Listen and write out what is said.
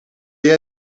jij